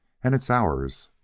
and it's ours!